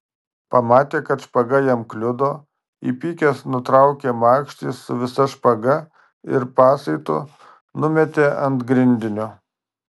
pamatė kad špaga jam kliudo įpykęs nutraukė makštį su visa špaga ir pasaitu numetė ant grindinio